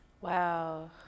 Wow